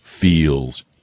feels